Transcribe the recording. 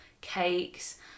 cakes